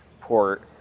port